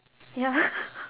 ya